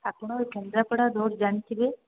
ଆପଣ କେନ୍ଦ୍ରାପଡ଼ା ରୋଡ଼୍ ଜାଣିଥିବେ